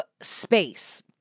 space